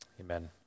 amen